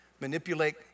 manipulate